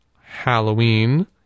Halloween